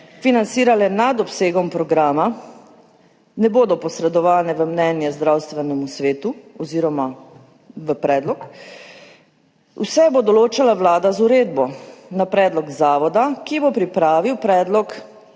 financirale nad obsegom programa, ne bo posredovan v mnenje Zdravstvenemu svetu oziroma v predlog, vse bo določala Vlada z uredbo na predlog Zavoda, ki bo pripravil predlog,